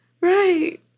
Right